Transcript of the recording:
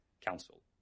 Council